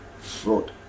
fraud